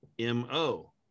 MO